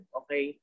okay